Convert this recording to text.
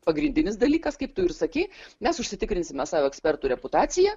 pagrindinis dalykas kaip tu ir sakei mes užsitikrinsime savo ekspertų reputaciją